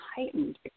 heightened